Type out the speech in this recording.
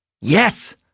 yes